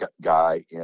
guy